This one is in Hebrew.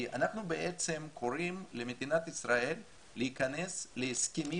אנחנו בעצם קוראים למדינת ישראל להיכנס להסכמים